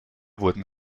wurden